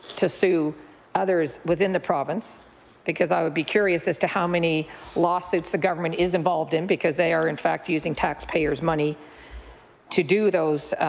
to sue others within the province because i would be curious as to how many lawsuits government is involved in because they are in fact using tax payers money to do those